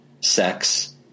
sex